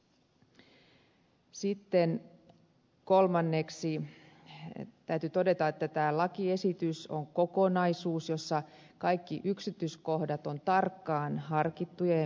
sitten kolmanneksi täytyy todeta että tämä lakiesitys on kokonaisuus jossa kaikki yksityiskohdat ovat tarkkaan harkittuja ja mietittyjä